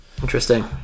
interesting